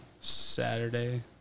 Saturday